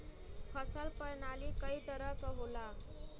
फसल परनाली कई तरह क होला